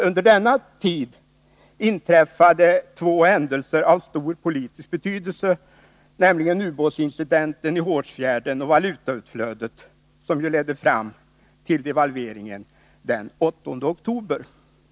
Under denna tid inträffade två händelser av stor politisk betydelse, nämligen ubåtsincidenten i Hårsfjärden och valutautflödet, som ledde fram till devalveringen den 8 oktober.